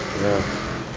ya